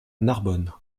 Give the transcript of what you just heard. narbonne